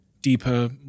deeper